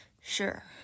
Sure